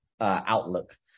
outlook